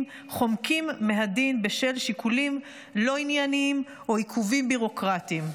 חומקים מהדין בשל שיקולים לא ענייניים או עיכובים ביורוקרטיים.